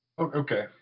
okay